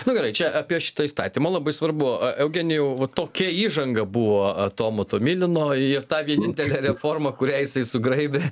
nu gerai čia apie šitą įstatymą labai svarbu e eugenijau va tokia įžanga buvo tomo tomilino ir tą vienintelę reformą kurią jisai sugraibė